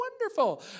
wonderful